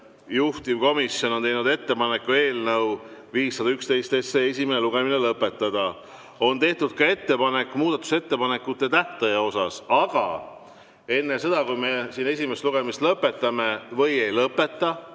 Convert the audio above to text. juhtivkomisjon on teinud ettepaneku eelnõu 511 esimene lugemine lõpetada. On tehtud ka ettepanek muudatusettepanekute tähtaja kohta, aga enne seda, kui me siin esimese lugemist lõpetame või ei lõpeta,